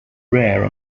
rare